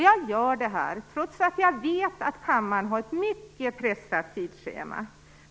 Jag gör det här, trots att jag vet att kammaren har ett mycket pressat tidsschema.